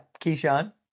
Keyshawn